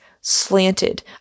slanted